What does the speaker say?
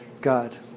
God